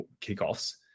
kickoffs